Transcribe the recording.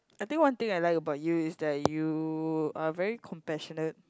I think one thing I like about you is that you are very compassionate